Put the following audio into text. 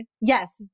Yes